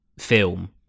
film